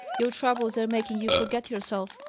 your troubles are making you forget yourself.